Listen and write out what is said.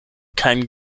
keinen